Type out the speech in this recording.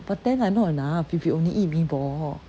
but ten like not enough if you only eat meatball